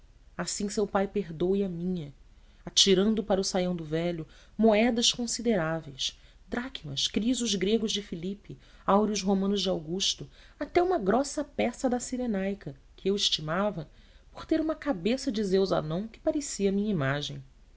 seu pai perdoe a minha atirando para o saião do velho moedas consideráveis dracmas crisos gregos de filipe áureos romanos de augusto até uma grossa peça da cirenaica que eu estimava por ter uma cabeça de zeus amon que parecia a minha imagem